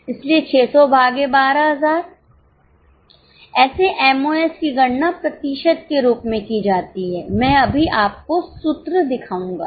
इसलिए 600 भागे 12000 ऐसे एमओएस की गणना प्रतिशत के रूप में की जाती है मैं अभी आपको सूत्र दिखाऊंगा